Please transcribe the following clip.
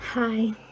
Hi